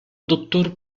dottor